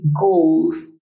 goals